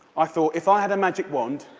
i thought if i had a magic wand,